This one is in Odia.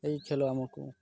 ଏଇ ଖେଳ ଆମକୁ